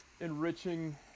enriching